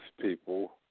people